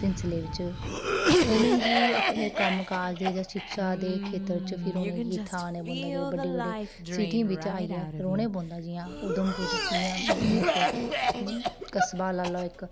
उ'नेंगी अपने कम्मकाज दे जां शिक्षा दे खेत्तर च इत्थै औना पौंदा बड्डी बड्डियें सिटियें च आईयै रौह्ने पौंदा जि'यां इक्क कस्बा लाई लैओ